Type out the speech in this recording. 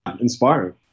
inspiring